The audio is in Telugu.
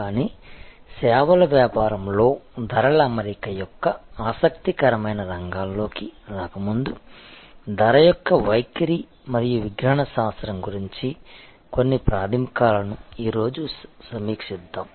కానీ సేవల వ్యాపారంలో ధరల అమరిక యొక్క ఆసక్తికరమైన రంగాల్లోకి రాకముందు ధర యొక్క వైఖరి మరియు విజ్ఞాన శాస్త్రం గురించి కొన్ని ప్రాథమికాలను ఈ రోజు సమీక్షిద్దాం